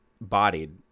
bodied